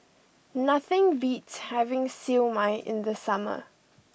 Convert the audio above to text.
nothing beats having Siew Mai in the summer